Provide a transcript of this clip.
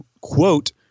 quote